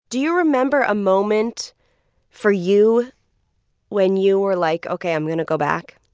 do you remember a moment for you when you were like, ok, i'm going to go back?